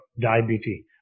diabetes